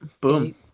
Boom